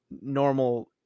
normal